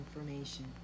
information